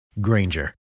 Granger